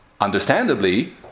understandably